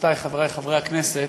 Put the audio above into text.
חברותי וחברי חברי הכנסת,